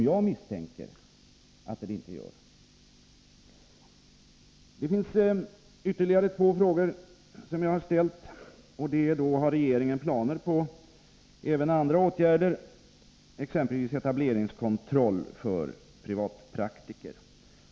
Jag har också frågat: Har regeringen planer på även andra åtgärder, exempelvis etableringskontroll för privatpraktiker?